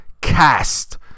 cast